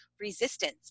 resistance